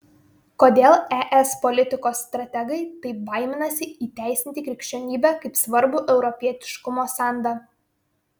kodėl es politikos strategai taip baiminasi įteisinti krikščionybę kaip svarbų europietiškumo sandą